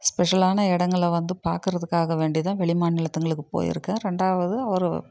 ஸ்பெஷலான இடங்கள வந்து பார்க்குறதுக்காக வேண்டி தான் வெளிமாநிலத்தங்களுக்கு போயிருக்கேன் ரெண்டாவது அவர்